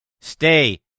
Stay